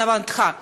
להבנתך,